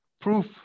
proof